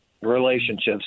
relationships